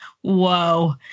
whoa